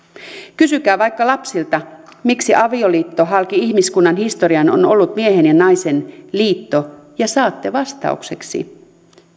kysykää vaikka lapsilta miksi avioliitto halki ihmiskunnan historian on ollut miehen ja naisen liitto ja saatte vastaukseksi